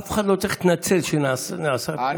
אף אחד לא צריך להתנצל שנעשית כאן